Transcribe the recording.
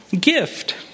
gift